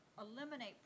eliminate